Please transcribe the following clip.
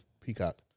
Peacock